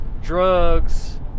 drugs